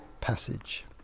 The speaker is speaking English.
passage